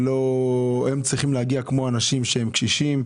למשל אנשים קשישים,